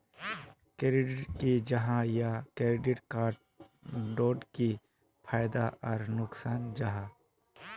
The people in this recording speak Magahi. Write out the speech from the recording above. क्रेडिट की जाहा या क्रेडिट कार्ड डोट की फायदा आर नुकसान जाहा?